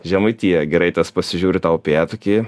žemaitija gerai tas pasižiūri tą upėtakį